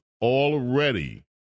Already